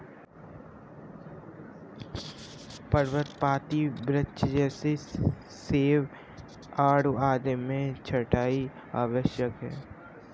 पर्णपाती वृक्ष जैसे सेब, नाशपाती, आड़ू आदि में छंटाई आवश्यक है